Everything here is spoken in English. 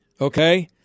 okay